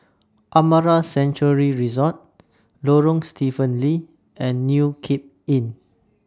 Amara Sanctuary Resort Lorong Stephen Lee and New Cape Inn